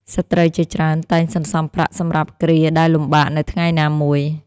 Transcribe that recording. ស្ត្រីជាច្រើនតែងសន្សំប្រាក់សម្រាប់គ្រាដែលលំបាកនៅថ្ងៃណាមួយ។